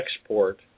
export